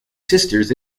sisters